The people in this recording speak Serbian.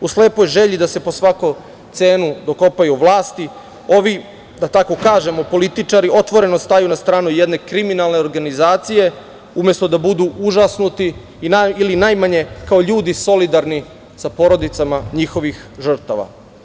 U slepoj želji da se po svaku cenu dokopaju vlasti, ovi da tako kažem političari otvoreno staju na stranu jedne kriminalne organizacije, umesto da budu užasnuti ili najmanje kao ljudi solidarni sa porodicama njihovih žrtava.